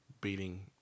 beating